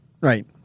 right